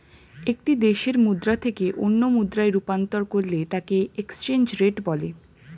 একটি দেশের মুদ্রা থেকে অন্য মুদ্রায় রূপান্তর করলে তাকেএক্সচেঞ্জ রেট বলে